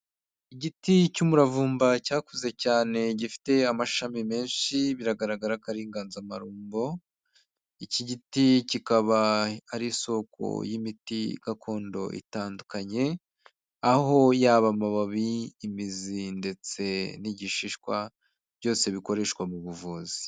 Igiti cy'umuravumba cyakuze cyane gifite amashami menshi biragaragara ko ari inganzamarumbo, iki giti kikaba ari isoko y'imiti gakondo itandukanye aho yaba amababi, imizi ndetse n'igishishwa byose bikoreshwa mu buvuzi.